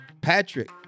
Patrick